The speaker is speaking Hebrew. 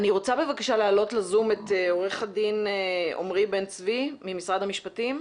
אני רוצה בבקשה להעלות לזום את עורך הדין עמרי בן צבי ממשרד המשפטים.